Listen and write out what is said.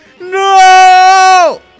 no